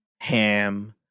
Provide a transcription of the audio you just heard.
Ham